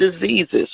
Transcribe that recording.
diseases